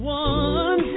one